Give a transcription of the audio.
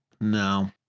No